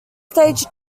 stage